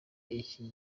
iki